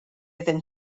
iddyn